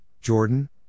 Jordan